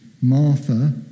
Martha